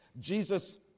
Jesus